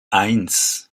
eins